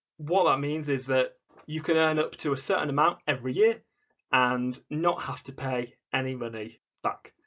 what that means is that you can earn up to a certain amount every year and not have to pay any money back.